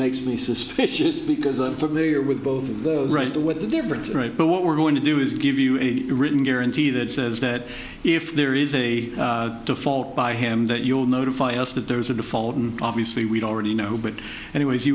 makes me suspicious because i'm familiar with both of those right to what the difference is right but what we're going to do is give you a written guarantee that says that if there is a default by him that you will notify us that there is a default and obviously we'd already know but anyway he